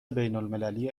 بینالمللی